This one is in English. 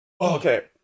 Okay